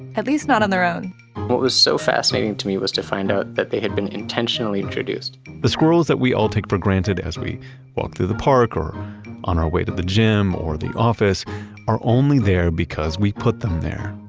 at least not on their own what was so fascinating to me was to find out that they had been intentionally introduced the squirrels that we all take for granted as we walk through the park or on our way to the gym or the office are only there because we put them there.